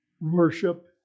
worship